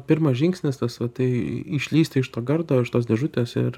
pirmas žingsnis tas va tai išlįsti iš to gardo iš tos dėžutės ir